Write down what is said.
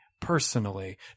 personally